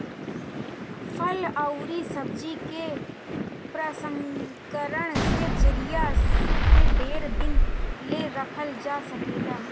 फल अउरी सब्जी के प्रसंस्करण के जरिया से ढेर दिन ले रखल जा सकेला